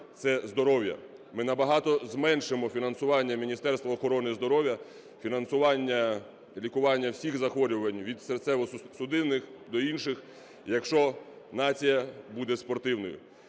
це здоров'я. Ми набагато зменшимо фінансування Міністерства охорони здоров'я, фінансування лікування всіх захворювань – від серцево-судинних до інших, якщо нація буде спортивною.